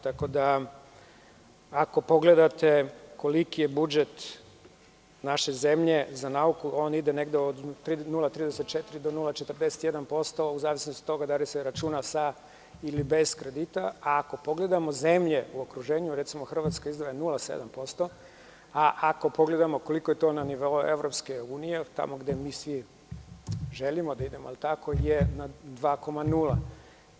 Tako da ako pogledate koliki je budžet naše zemlje za nauku, on ide negde od 0,34 do 0,41% u zavisnosti od toga da li se računa sa ili bez kredita, a ako pogledamo zemlje u okruženju, recimo, Hrvatska izdvaja 0,7%, a ako pogledamo koliko je to na nivou EU tamo gde mi svi želimo da idemo je na 2,0%